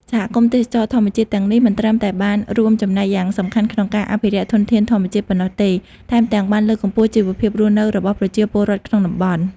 សហគមន៍ទេសចរណ៍ធម្មជាតិទាំងនេះមិនត្រឹមតែបានរួមចំណែកយ៉ាងសំខាន់ក្នុងការអភិរក្សធនធានធម្មជាតិប៉ុណ្ណោះទេ ថែមទាំងបានលើកកម្ពស់ជីវភាពរស់នៅរបស់ប្រជាពលរដ្ឋក្នុងតំបន់។